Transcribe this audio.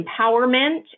empowerment